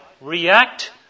react